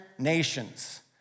Nations